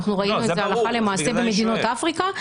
אנחנו ראינו את זה הלכה למעשה במדינות אפריקה.